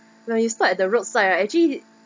when we stop at the roadside right actually